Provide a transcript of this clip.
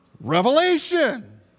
Revelation